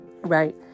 right